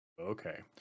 okay